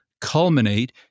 culminate